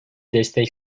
destek